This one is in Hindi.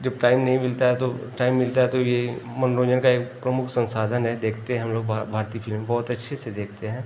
जब टाइम नहीं मिलता है तो टाइम मिलता है तो यही मनोरंजन का एक प्रमुख संसाधन है देखते हैं हम लोग भारतीय फिल्में बहुत अच्छे से देखते हैं